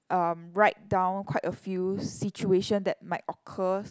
um write down quite a few situation that might occur